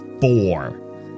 four